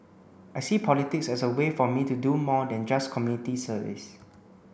I see politics as a way for me to do more than just community service